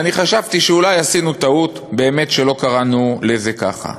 ואני חשבתי שאולי עשינו טעות באמת שלא קראנו לזה ככה.